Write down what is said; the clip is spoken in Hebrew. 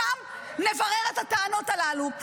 שם נברר את הטענות הללו.